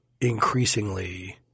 increasingly